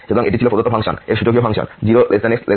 সুতরাং এটি ছিল প্রদত্ত ফাংশন এর সূচকীয় ফাংশন 0 x 1